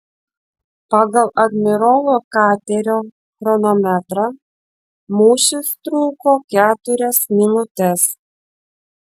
pagal admirolo katerio chronometrą mūšis truko keturias minutes